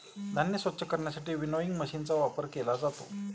धान्य स्वच्छ करण्यासाठी विनोइंग मशीनचा वापर केला जातो